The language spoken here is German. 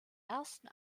ersten